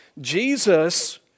Jesus